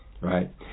right